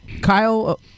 Kyle